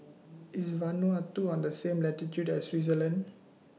IS Vanuatu on The same latitude as Switzerland